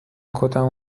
کتم